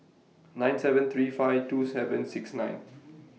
nine seven three five two seven six nine